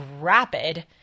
rapid